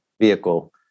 vehicle